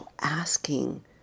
Asking